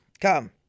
come